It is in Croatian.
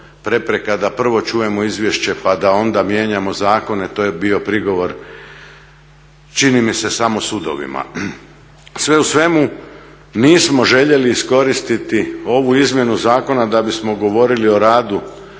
prepreka da prvo čujemo izvješće pa da onda mijenjamo zakone, to je bio prigovor, čini mi se samo sudovima. Sve u svemu nismo željeli iskoristiti ovu izmjenu zakona da bismo govorili o radu